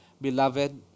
Beloved